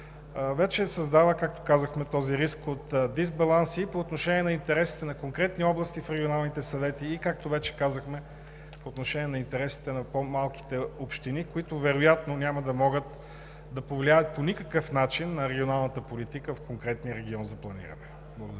както казахме, този риск от дисбаланси по отношение на интересите на конкретни области в регионалните съвети, и както вече казахме, по отношение на интересите на по-малките общини, които вероятно няма да могат да повлияят по никакъв начин на регионалната политика в конкретния регион за планиране. Благодаря